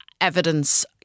evidence